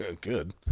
Good